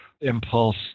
impulse